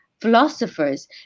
philosophers